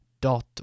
dot